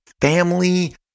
family